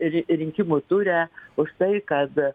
ri rinkimų ture už tai kad